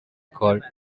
called